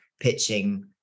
pitching